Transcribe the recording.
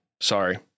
Sorry